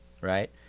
right